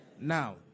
Now